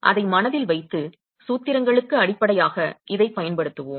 எனவே அதை மனதில் வைத்து சூத்திரங்களுக்கு அடிப்படையாக இதைப் பயன்படுத்துவோம்